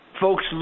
Folks